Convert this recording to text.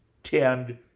tend